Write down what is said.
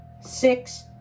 six